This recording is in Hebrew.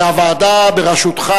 והוועדה בראשותך,